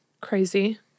Crazy